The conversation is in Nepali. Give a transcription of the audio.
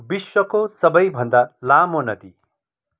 विश्वको सबैभन्दा लामो नदी